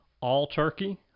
all-turkey